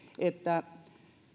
että